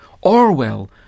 Orwell